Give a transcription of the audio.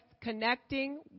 connecting